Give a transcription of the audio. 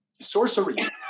Sorcery